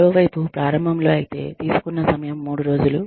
మరోవైపు ప్రారంభంలో అయితే తీసుకున్న సమయం 3 రోజులు